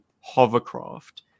hovercraft